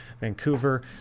Vancouver